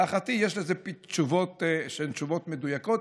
להערכתי יש לזה תשובות שהן תשובות מדויקות,